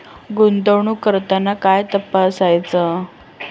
गुंतवणूक करताना काय काय तपासायच?